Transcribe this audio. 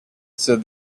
said